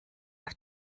auf